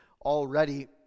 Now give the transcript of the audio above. already